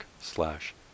slash